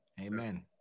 Amen